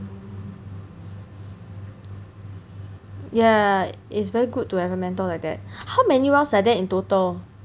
ya it's very good to have a mentor like that how many rounds are there in total